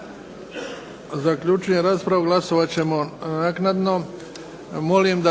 zaključujem raspravu. Glasovat ćemo naknadno.